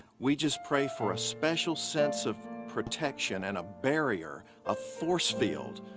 we just pray for a special sense of protection and a barrier, a force field,